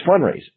fundraising